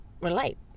relate